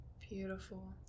beautiful